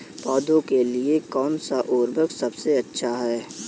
पौधों के लिए कौन सा उर्वरक सबसे अच्छा है?